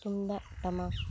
ᱛᱩᱢᱫᱟᱜ ᱴᱟᱢᱟᱠ